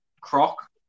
Croc